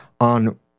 on